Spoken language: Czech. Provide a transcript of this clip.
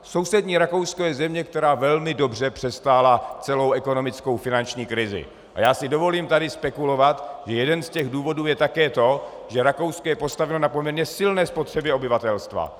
Sousední Rakousko je země, která velmi dobře přestála celou ekonomickou finanční krizi, a já si dovolím tady spekulovat, že jeden z důvodů je také to, že Rakousko je postaveno na poměrně silné spotřebě obyvatelstva.